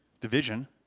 division